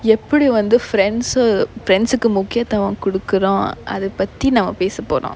எப்படி வந்து:eppadi vanthu friends uh friends முக்கியத்துவம் குடுக்குறோம் அத பத்தி நம்ம பேசபோறோம்:mukkiyathuvam kudukkurom atha patthi namma pesaporom